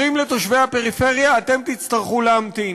אומרים לתושבי הפריפריה: אתם תצטרכו להמתין,